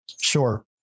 Sure